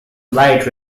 light